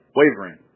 wavering